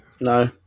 No